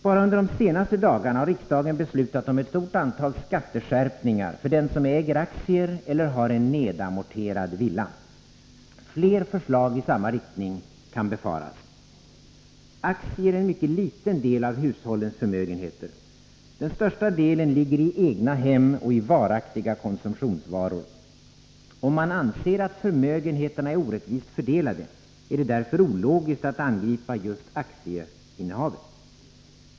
Bara under de senaste dagarna har riksdagen beslutat om ett stort antal skatteskärpningar för den som äger aktier eller har en nedamorterad villa. Fler förslag i samma riktning kan befaras. Aktier är en mycket liten del av hushållens förmögenheter. Den största delen ligger i egna hem och varaktiga konsumtionsvaror. Om man anser att förmögenheterna är orättvist fördelade, är det därför ologiskt att angripa just aktieinnehavet.